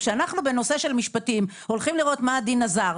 כשאנחנו בנושא של משפטים הולכים לראות מה הדין הזר,